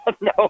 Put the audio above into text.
No